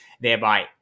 thereby